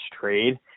trade